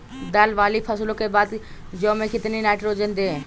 दाल वाली फसलों के बाद में जौ में कितनी नाइट्रोजन दें?